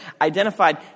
identified